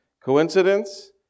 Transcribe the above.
Coincidence